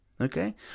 Okay